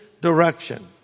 direction